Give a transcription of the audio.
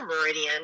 meridian